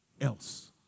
else